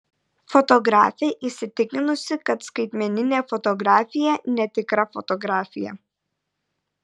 fotografė įsitikinusi kad skaitmeninė fotografija netikra fotografija